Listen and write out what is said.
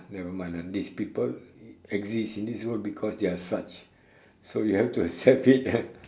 never mind lah these people exist in this world because they are such so you have to accept it